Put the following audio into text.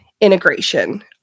integration